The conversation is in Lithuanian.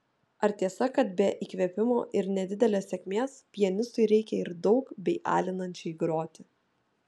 ar tiesa kad be įkvėpimo ir nedidelės sėkmės pianistui reikia ir daug bei alinančiai groti